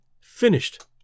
finished